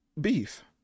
beef